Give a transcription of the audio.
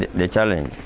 the challenge.